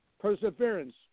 perseverance